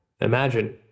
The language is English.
Imagine